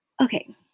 Okay